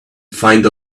find